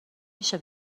میشه